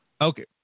Okay